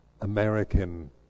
American